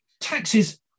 Taxes